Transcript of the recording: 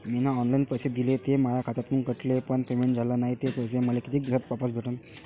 मीन online पैसे दिले, ते माया खात्यातून कटले, पण पेमेंट झाल नायं, ते पैसे मले कितीक दिवसात वापस भेटन?